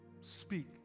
Speak